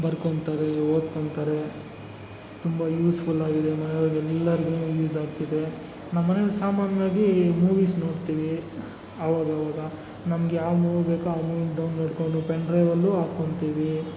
ಬರ್ಕೊಂತಾರೆ ಓದ್ಕೊಂತಾರೆ ತುಂಬ ಯೂಸ್ಫುಲ್ಲಾಗಿದೆ ಮನೆಯೊರ್ಗೆ ಎಲ್ಲರ್ಗು ಯೂಸಾಗ್ತಿದೆ ನಮ್ಮನೆಯಲ್ಲಿ ಸಾಮಾನ್ಯವಾಗಿ ಮೂವೀಸ್ ನೋಡ್ತೀವಿ ಆವಾಗಾವಾಗ ನಮ್ಗೆ ಯಾವ ಮೂವಿ ಬೇಕೋ ಆ ಮೂವೀನ ಡೌನ್ಲೋಡ್ ಕೊಂಡು ಪೆನ್ಡ್ರೈವಲ್ಲೂ ಹಾಕ್ಕೊಂತಿವಿ